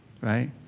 right